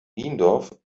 niendorf